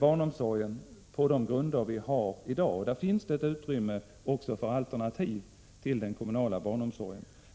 barnomsorgen på de grunder vi har i dag! Där finns ett utrymme också för alternativ till den kommunala barnomsorgen.